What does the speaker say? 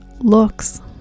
looks